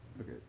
Okay